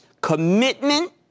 commitment